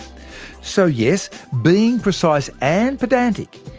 so yes, being precise and pedantic,